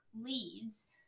leads